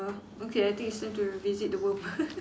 uh okay I think it's time to revisit the worm